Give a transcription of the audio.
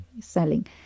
selling